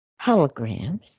holograms